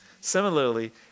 Similarly